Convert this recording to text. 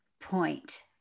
point